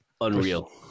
unreal